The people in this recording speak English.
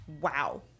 wow